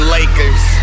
Lakers